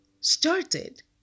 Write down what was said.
started